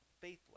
faithless